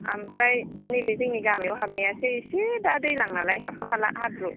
ओमफ्राय नैबे जोंनि गामियाव हाबनायासो एसे दा दैज्लांनालाय हाख'र हाला हाब्रु